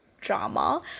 drama